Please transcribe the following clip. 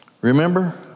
Remember